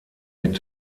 mit